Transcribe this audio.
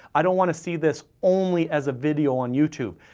i don't wanna see this only as a video on youtube.